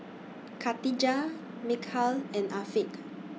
Katijah Mikhail and Afiq